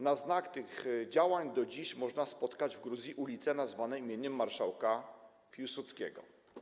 Na znak tych działań do dziś można spotkać w Gruzji ulice nazwane imieniem marszałka Piłsudskiego.